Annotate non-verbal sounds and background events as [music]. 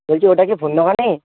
বলছি এটা কি [unintelligible]